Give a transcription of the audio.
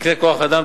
תקני כוח-אדם,